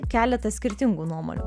keletą skirtingų nuomonių